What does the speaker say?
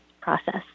process